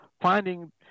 finding